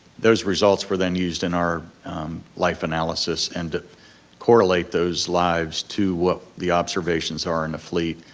those results were then used in our life analysis and it correlate those lives to what the observations are in a fleet,